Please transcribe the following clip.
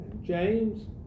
James